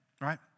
right